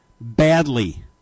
Badly